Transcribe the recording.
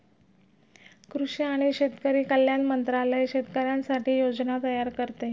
कृषी आणि शेतकरी कल्याण मंत्रालय शेतकऱ्यांसाठी योजना तयार करते